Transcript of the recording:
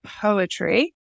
poetry